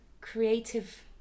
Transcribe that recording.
creative